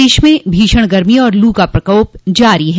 प्रदेश में भीषण गर्मी और लू का प्रकोप जारी है